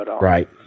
Right